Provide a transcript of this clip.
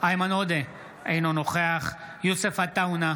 איימן עודה, אינו נוכח יוסף עטאונה,